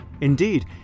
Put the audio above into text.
Indeed